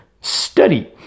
study